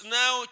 now